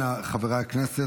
חברי הכנסת,